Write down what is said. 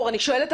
אני שואלת,